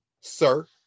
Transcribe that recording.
Sir